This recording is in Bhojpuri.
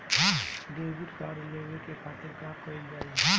डेबिट कार्ड लेवे के खातिर का कइल जाइ?